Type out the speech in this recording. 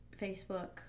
Facebook